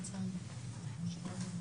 אתה קובע תור.